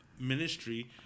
ministry